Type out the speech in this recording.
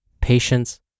patience